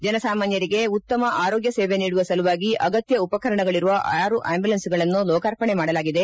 ಜನಸಾಮಾನ್ಯರಿಗೆ ಉತ್ತಮ ಆರೋಗ್ಯ ಸೇವೆ ನೀಡುವ ಸಲುವಾಗಿ ಅಗತ್ಯ ಉಪಕರಣಗಳಿರುವ ಆರು ಅಂಬ್ಯುಲೆನ್ಸ್ಗಳನ್ನು ಲೋಕಾರ್ಪಣೆ ಮಾಡಲಾಗಿದೆ